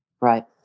Right